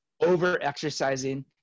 over-exercising